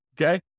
Okay